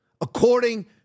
according